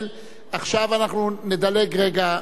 חוק המאבק בתוכנית הגרעין של אירן,